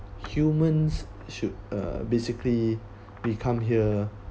humans should uh basically become here